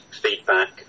feedback